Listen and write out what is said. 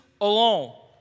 alone